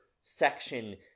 section